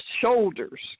shoulders